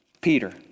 Peter